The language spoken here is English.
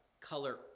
color